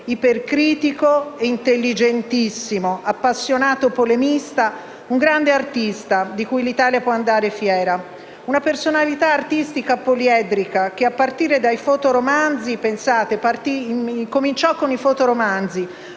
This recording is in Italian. ipercritico e intelligentissimo, appassionato polemista: un grande artista, di cui l'Italia può andare fiera. Una personalità artistica poliedrica, che cominciò con i fotoromanzi,